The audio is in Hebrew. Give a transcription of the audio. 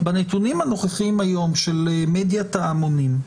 בנתונים הנוכחיים היום של מדיית ההמונים,